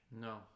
no